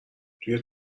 توی